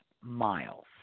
miles